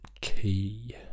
key